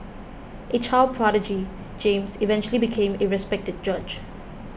a child prodigy James eventually became a respected judge